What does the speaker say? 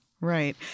Right